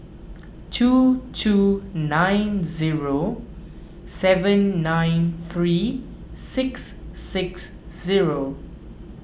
two two nine zero seven nine three six six zero